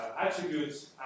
attributes